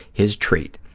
his treat.